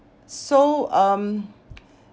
so um